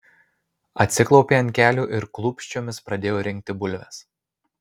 atsiklaupė ant kelių ir klūpsčiomis pradėjo rinkti bulves